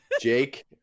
Jake